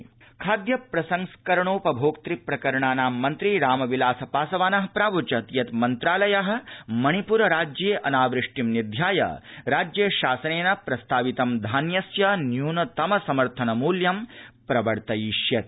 रामविलास पासवान खाद्य प्रसंस्करणोपभोक्त प्रकरणाना मन्त्री रामविलासपासवानः प्रावोचत् यत् मन्त्रालयः मणिप्रराज्ये अनावृष्टि निध्याय राज्यशासनेन प्रस्तावित धान्यस्य न्यूनतमसमर्थनमूल्यं प्रवर्तयिष्यति